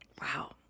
wow